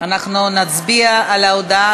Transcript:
2 בפברואר